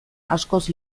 askoz